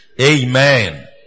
amen